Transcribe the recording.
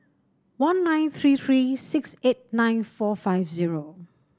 one nine three three six eight nine four five zero